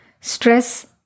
Stress